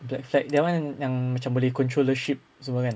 black flag that one yang macam boleh controller ship semua kan